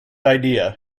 idea